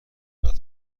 قطار